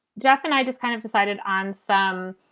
jeff and i just kind of decided on some,